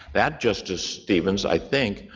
that, justice stevens, i think,